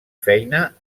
feina